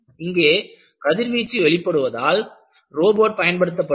இங்கே கதிர்வீச்சு வெளிப்படுவதால் ரோபோட் பயன்படுத்தப்படுகிறது